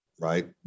right